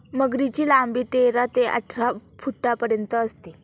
मगरीची लांबी तेरा ते अठरा फुटांपर्यंत असते